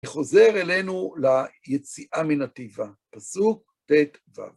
אני חוזר אלינו ליציאה מן התיבה, פסוק ט"ו